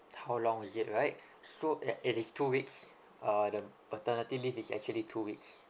how long is it right so ya it is two weeks uh the paternity leave is actually two weeks